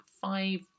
five